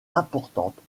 importantes